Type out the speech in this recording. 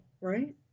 right